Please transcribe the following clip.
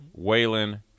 Waylon